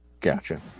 Gotcha